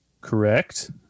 Correct